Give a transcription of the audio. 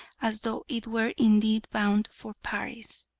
as though it were indeed bound for paris.